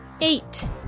eight